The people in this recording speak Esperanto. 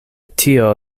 tio